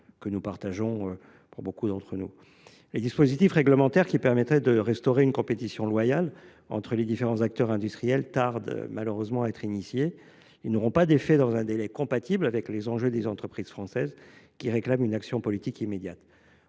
que nous sommes nombreux à partager. Les dispositifs réglementaires qui permettraient de restaurer une compétition loyale entre les différents acteurs industriels tardent malheureusement à être mis en œuvre. Ils n’auront pas d’effet dans un délai compatible avec les enjeux qu’ont à relever les entreprises françaises, lesquelles réclament une action politique immédiate.